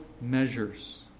measures